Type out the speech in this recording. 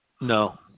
No